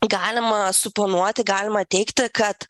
galima suponuoti galima teigti kad